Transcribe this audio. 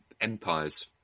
empires